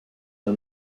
for